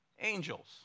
angels